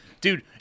dude